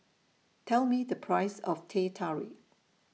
Tell Me The Price of Teh Tarik